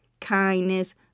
kindness